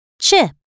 Chip